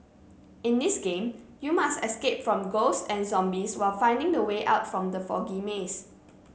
in this game you must escape from ghosts and zombies while finding the way out from the foggy maze